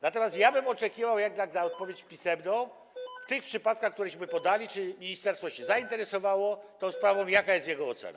Natomiast ja bym oczekiwał jednak na odpowiedź pisemną w tych przypadkach, któreśmy podali, czy ministerstwo się zainteresowało tą sprawą i jaka jest jego ocena.